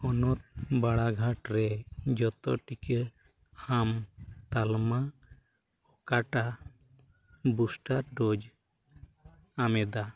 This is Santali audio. ᱦᱚᱱᱚᱛ ᱵᱟᱲᱟᱜᱷᱟᱴ ᱨᱮ ᱡᱚᱛᱚ ᱴᱤᱠᱟᱹ ᱟᱢ ᱛᱟᱞᱢᱟ ᱚᱠᱟᱴᱟᱜ ᱧᱟᱢᱮᱫᱟ